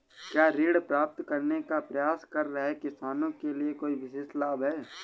क्या ऋण प्राप्त करने का प्रयास कर रहे किसानों के लिए कोई विशेष लाभ हैं?